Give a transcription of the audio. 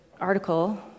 article